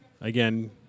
Again